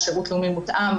שירות לאומי מותאם,